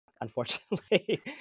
unfortunately